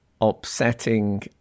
upsetting